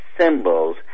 symbols